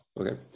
Okay